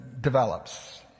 develops